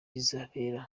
rizabera